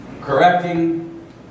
correcting